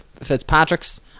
Fitzpatrick's